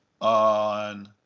on